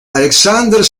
alexander